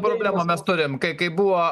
problemą mes turim kai kai buvo